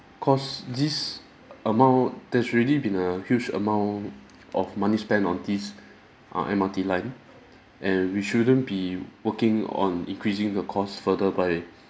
cause this amount there's already been a huge amount of money spent on this uh M_R_T line and we shouldn't be working on increasing the cost further by